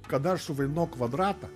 kada aš suvaidinau kvadratą